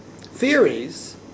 theories